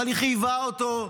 אבל היא חייבה אותו,